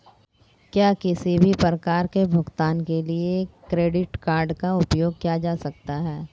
क्या किसी भी प्रकार के भुगतान के लिए क्रेडिट कार्ड का उपयोग किया जा सकता है?